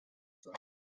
sein